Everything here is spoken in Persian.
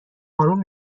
اروم